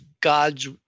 God's